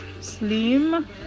slim